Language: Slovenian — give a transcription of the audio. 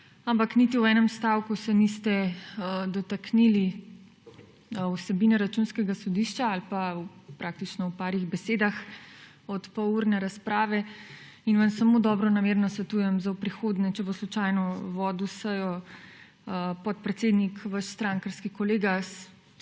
ampak niti v enem stavku se niste dotaknili vsebine Računskega sodišča ali pa praktično v parih besedah od polurne razprave. In vam samo dobronamerno svetujem za prihodnje, če bo slučajno vodil sejo podpredsednik, vaš strankarski kolega,